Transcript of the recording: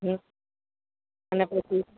ને પછી